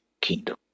kingdom